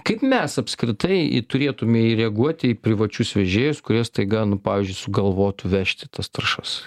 kaip mes apskritai turėtumei reaguoti į privačius vežėjus kurie staiga nu pavyzdžiui sugalvotų vežti tas trąšas